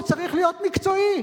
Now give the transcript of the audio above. הוא צריך להיות מקצועי.